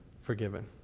forgiven